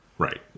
Right